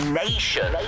nation